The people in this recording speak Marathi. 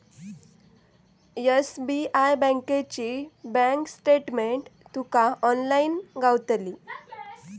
एस.बी.आय बँकेची बँक स्टेटमेंट तुका ऑनलाईन गावतली